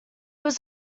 was